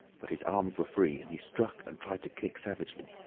but his arms were free and he struck and tried to kick savagely.